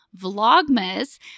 Vlogmas